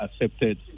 accepted